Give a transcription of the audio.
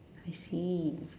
I see